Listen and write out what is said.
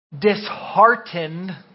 disheartened